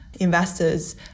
investors